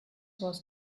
was